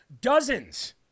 dozens